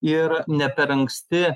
ir ne per anksti